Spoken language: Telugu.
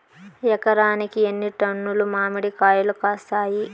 ఎకరాకి ఎన్ని టన్నులు మామిడి కాయలు కాస్తాయి?